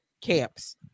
camps